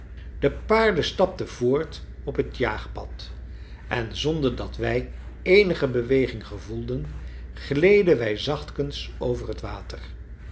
de paarden stapten voort op het jaagpad en zonder dat wij eenige beweging gevoelden gleden wij zachtkens over het water